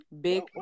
big